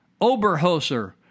Oberhoser